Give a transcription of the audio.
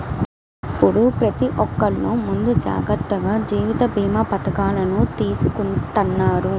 ఇప్పుడు ప్రతి ఒక్కల్లు ముందు జాగర్తగా జీవిత భీమా పథకాలను తీసుకుంటన్నారు